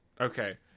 okay